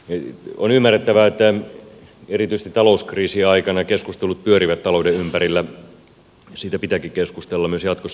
on ymmärrettävää että erityisesti talouskriisin aikana keskustelut pyörivät talouden ympärillä siitä pitääkin keskustella myös jatkossa